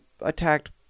attacked